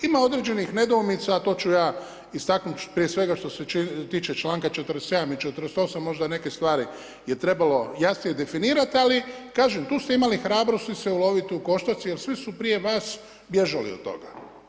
Ima određenih nedoumica a to ću ja istaknuti prije svega što se tiče članka 47. i 48. možda neke stvari je trebalo jasnije definirati, ali kažem tu ste imali hrabrosti se uloviti u koštac jer svi su prije vas bježali od toga.